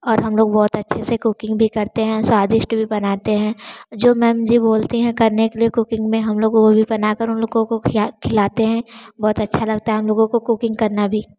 और हम लोग बहुत अच्छे से कूकिंग भी करते हैं स्वादिष्ट भी बनाते हैं जो मैम जी बोलती हैं करने के लिए कूकिंग में हम लोग वो भी बना कर उन लोगों को खिलाते हैं बहुत अच्छा लगता है हम लोगों को कूकिंग करना भी